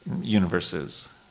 universes